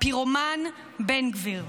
הפירומן בן גביר.